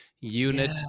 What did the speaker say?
unit